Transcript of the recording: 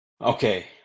Okay